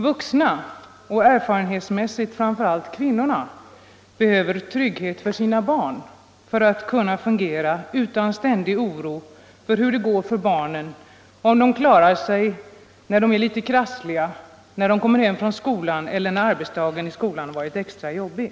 Vuxna och erfarenhetsmässigt framför allt kvinnorna behöver trygghet för sina barn för att kunna fungera utan ständig oro för hur det går för barnen, om de klarar sig när de är litet krassliga, när de kommer hem från skolan eller när arbetsdagen i skolan varit extra jobbig.